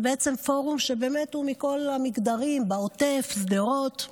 זה פורום שהוא באמת מכל המגדרים, בעוטף, שדרות.